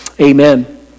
amen